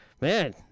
Man